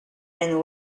and